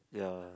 ya